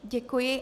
Děkuji.